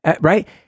right